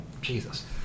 Jesus